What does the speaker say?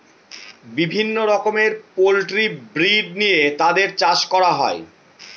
বিভিন্ন রকমের poultry breed নিয়ে তাদের চাষ করা হয়